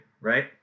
right